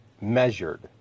measured